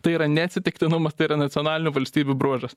tai yra ne atsitiktinumas tai yra nacionalinių valstybių bruožas